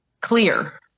clear